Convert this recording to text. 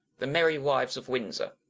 the merry wives of windsor